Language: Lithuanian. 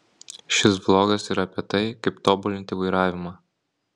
šis vlogas yra apie tai kaip tobulinti vairavimą